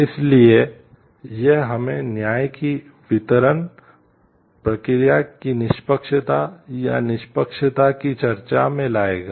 इसलिए यह हमें न्याय की वितरण प्रक्रिया की निष्पक्षता या निष्पक्षता की चर्चा में लाएगा